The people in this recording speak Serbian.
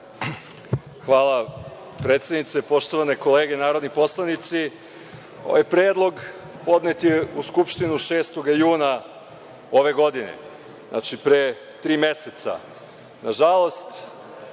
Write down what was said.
Hvala predsednice. Poštovane kolege narodni poslanici, ovaj predlog podnet je u Skupštinu 6. juna ove godine, znači pre tri meseca. Nažalost,